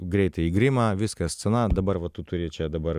greitai į grimą viskas scena dabar va tu turi čia dabar